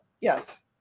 yes